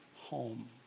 home